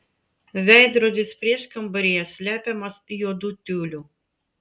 veidrodis prieškambaryje slepiamas juodu tiuliu